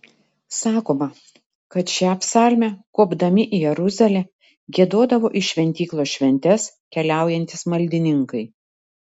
sakoma kad šią psalmę kopdami į jeruzalę giedodavo į šventyklos šventes keliaujantys maldininkai